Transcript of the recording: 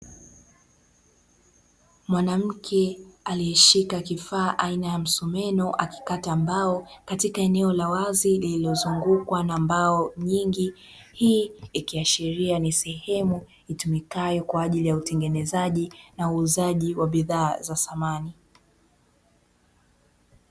Mwanamke aliyeshika kifaa aina ya msumeno akikata mbao katika eneo la wazi lililozungukwa na mbao nyingi, hii ikiashiria ni sehemu itumikayo kwa ajili ya utengenezaji na uuzaji wa bidhaa za samani.